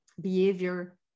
behavior